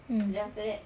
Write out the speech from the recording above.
mm